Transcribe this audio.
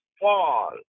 fall